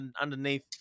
underneath